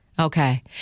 Okay